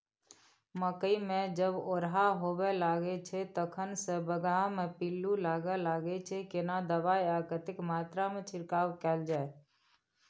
मकई मे जब ओरहा होबय लागय छै तखन से गबहा मे पिल्लू लागय लागय छै, केना दबाय आ कतेक मात्रा मे छिरकाव कैल जाय?